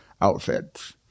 outfits